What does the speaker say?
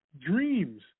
Dreams